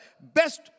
best